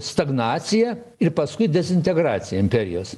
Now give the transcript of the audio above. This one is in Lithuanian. stagnacija ir paskui dezintegracija imperijos